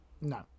No